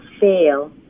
fail